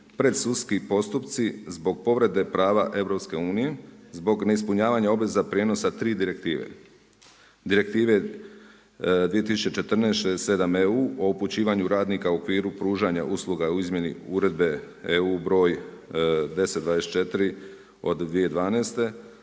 predsudski postupci zbog povrede prava EU, zbog neispunjavanja obveza prijenosa 3 direktive. Direktive 2014/67EU o upućivanju radnika okviru pružanja usluga u izmjeni uredbe EU broj 10/24 od 2012.